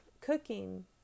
cooking